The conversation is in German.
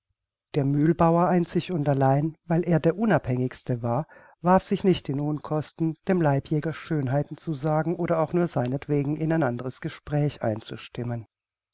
der mühlbauer einzig und allein weil er der unabhängigste war warf sich nicht in unkosten dem leibjäger schönheiten zu sagen oder auch nur seinetwegen in ein anderes gespräch einzustimmen